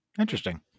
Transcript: Interesting